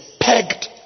pegged